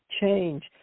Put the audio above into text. change